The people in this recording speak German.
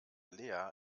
lea